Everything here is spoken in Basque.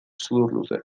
sudurluze